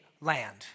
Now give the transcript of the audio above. land